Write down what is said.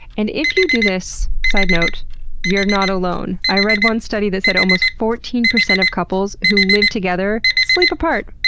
and if you do this, sidenote you're not alone. i read one study that said almost fourteen percent of couples who live together sleep apart,